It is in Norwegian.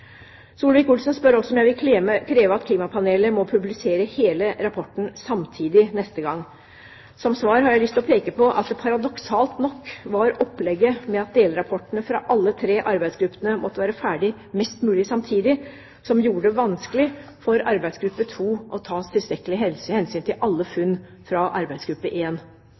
spør også om jeg vil kreve at klimapanelet må publisere hele rapporten samtidig neste gang. Som svar har jeg lyst til å peke på at det paradoksalt nok var opplegget med at delrapportene fra alle tre arbeidsgruppene måtte være ferdig mest mulig samtidig, som gjorde det vanskelig for arbeidsgruppe 2 å ta tilstrekkelig hensyn til alle funn fra arbeidsgruppe